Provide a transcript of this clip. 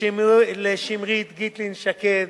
לשמרית גיטלין-שקד,